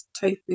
tofu